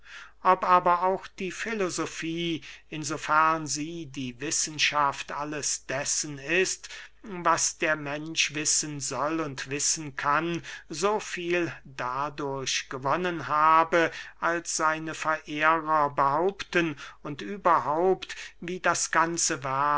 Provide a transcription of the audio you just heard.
ob aber auch die filosofie in so fern sie die wissenschaft alles dessen ist was der mensch wissen soll und wissen kann so viel dadurch gewonnen habe als seine verehrer behaupten und überhaupt wie das ganze werk